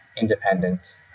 independent